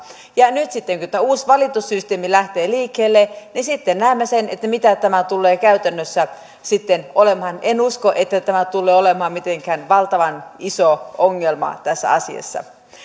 ja nyt sitten kun tämä uusi valitussysteemi lähtee liikkeelle näemme sen mitä tämä tulee käytännössä olemaan en usko että tämä tulee olemaan mitenkään valtavan iso ongelma tässä asiassa